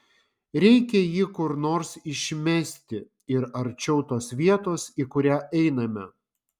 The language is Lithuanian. reikia jį kur nors išmesti ir arčiau tos vietos į kurią einame